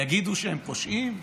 יגידו שהם פושעים?